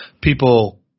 People